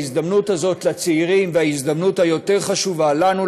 ההזדמנות הזאת לצעירים וההזדמנות היותר-חשובה לנו,